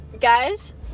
guys